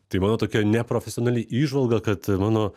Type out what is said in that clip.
tai mano tokia neprofesionali įžvalga kad mano